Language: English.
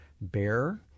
bear